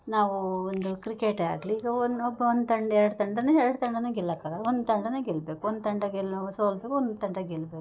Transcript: ನಾವು ಒಂದು ಕ್ರಿಕೇಟೆ ಆಗಲಿ ಈಗ ಒನ್ ಒಬ್ಬ ಒಂದು ತಂಡ ಎರಡು ತಂಡ ಅಂದರೆ ಎರಡು ತಂಡ ಗೆಲ್ಲೋಕ್ ಆಗೋಲ್ಲ ಒಂದು ತಂಡಾನೇ ಗೆಲ್ಲಬೇಕು ಒಂದು ತಂಡ ಗೆಲ್ಲು ಸೋಲಬೇಕು ಒಂದು ತಂಡ ಗೆಲ್ಲಬೇಕು